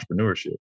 entrepreneurship